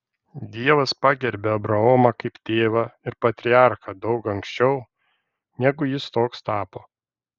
dievas pagerbė abraomą kaip tėvą ir patriarchą daug anksčiau negu jis toks tapo